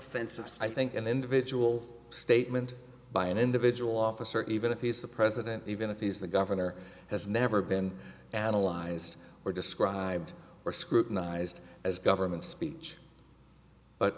offensive i think an individual statement by an individual officer even if he is the president even if he's the governor has never been analyzed or described or scrutinized as government speech but